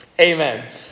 Amen